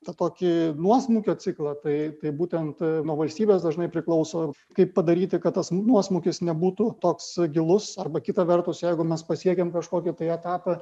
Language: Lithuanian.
tą tokį nuosmukio ciklą tai tai būtent nuo valstybės dažnai priklauso kaip padaryti kad tas nuosmukis nebūtų toks gilus arba kita vertus jeigu mes pasiekiam kažkokį tai etapą